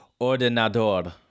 ordenador